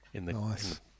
Nice